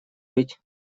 быть